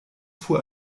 fuhr